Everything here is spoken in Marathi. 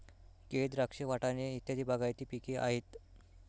केळ, द्राक्ष, वाटाणे इत्यादी बागायती पिके आहेत